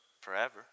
forever